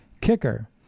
Kicker